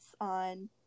on